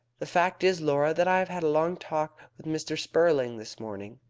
the fact is, laura, that i have had a long talk with mr. spurling this morning.